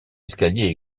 escalier